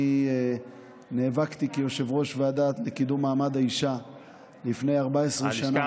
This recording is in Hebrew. אני נאבקתי כיושב-ראש הוועדה לקידום מעמד האישה לפני 14 שנה,